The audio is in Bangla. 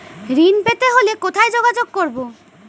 ঋণ পেতে হলে কোথায় যোগাযোগ করব?